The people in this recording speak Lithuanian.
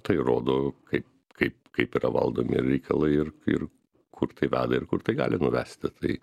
tai rodo kaip kaip kaip yra valdomi reikalai ir ir kur tai veda ir kur tai gali nuvesti tai